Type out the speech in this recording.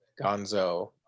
Gonzo